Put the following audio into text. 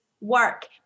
work